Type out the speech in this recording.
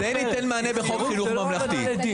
נסגרו זו לא העמדה לדין.